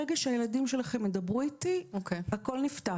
ברגע שהילדים שלכם ידברו איתי, הכל נפתר.